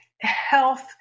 health